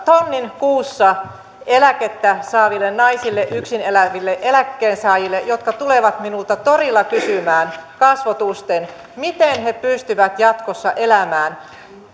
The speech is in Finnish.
tonnin kuussa eläkettä saaville naisille yksineläville eläkkeensaajille jotka tulevat minulta torilla kysymään kasvotusten miten he pystyvät jatkossa elämään